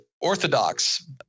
Orthodox